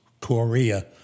Korea